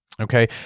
Okay